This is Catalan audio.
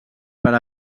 per